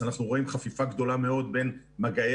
אז אנחנו רואים חפיפה גדולה מאוד בין מגעי